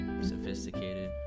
sophisticated